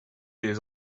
des